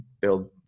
build